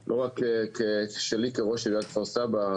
אבל לא רק שלי כראש עיריית כפר סבא,